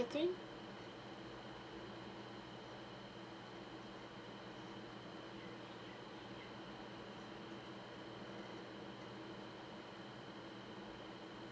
catherine